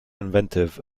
inventive